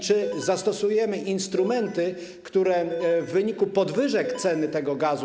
Czy zastosujemy instrumenty, które w wyniku podwyżek ceny tego gazu.